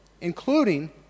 including